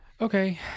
Okay